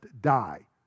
die